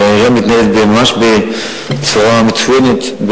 והעירייה מתנהלת ממש בצורה מצוינת,